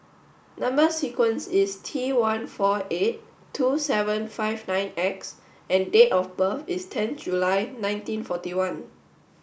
number sequence is T one four eight two seven five nine X and date of birth is ten July nineteen forty one